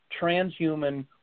transhuman